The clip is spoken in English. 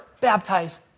baptize